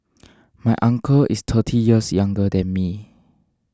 my uncle is thirty years younger than me